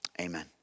Amen